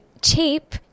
cheap